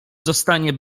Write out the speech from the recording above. zostanie